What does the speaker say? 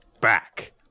back